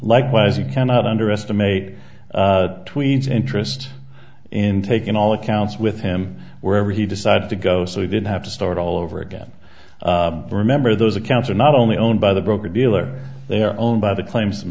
likewise you cannot underestimate tweens interest in taking all accounts with him wherever he decides to go so he didn't have to start all over again remember those accounts are not only owned by the broker dealer they are owned by the claim s